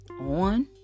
on